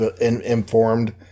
informed